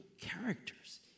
characters